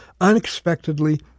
unexpectedly